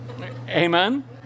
Amen